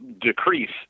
decrease